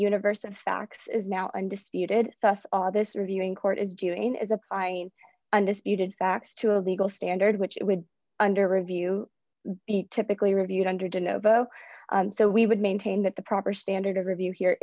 universe of facts is now undisputed us all this reviewing court is doing is applying undisputed facts to a legal standard which would under review be typically reviewed under genova so we would maintain that the proper standard of review here